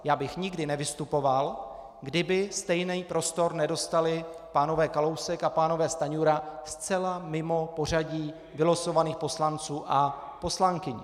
Já bych nikdy nevystupoval, kdyby stejný prostor nedostali pánové Kalousek a Stanjura zcela mimo pořadí vylosovaných poslanců a poslankyň.